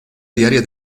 diaria